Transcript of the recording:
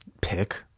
pick